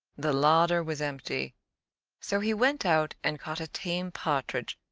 the larder was empty so he went out and caught a tame partridge,